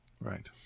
right